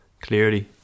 clearly